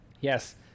Yes